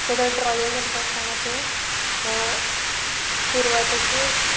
so तें drawing करता आसतना ते सुरवातेकूच